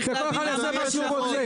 שכל אחד יעשה מה שהוא רוצה.